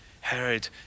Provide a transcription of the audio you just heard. Herod